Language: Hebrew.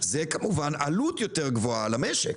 זו גם עלות יותר גבוהה למשק